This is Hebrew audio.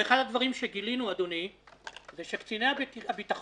אחד הדברים שגילינו, אדוני, הוא שקציני הביטחון